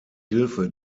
hilfe